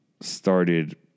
started